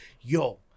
yo